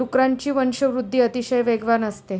डुकरांची वंशवृद्धि अतिशय वेगवान असते